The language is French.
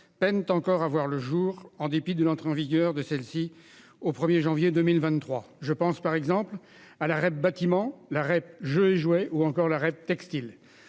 peinent encore à voir le jour en dépit de l'entrée en vigueur de celles-ci au 1 janvier 2023. Je pense par exemple à la REP bâtiment, à la REP jeux et jouets ou encore à la REP textile.